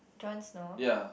Jon Snow